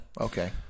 okay